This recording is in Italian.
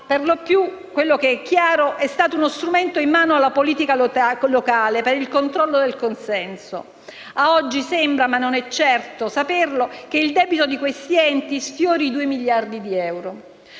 perlopiù appare chiaro che si è trattato di uno strumento in mano alla politica locale per il controllo del consenso. Ad oggi sembra (ma non è certo saperlo) che il debito di questi enti sfiori i 2 miliardi di euro.